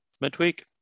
midweek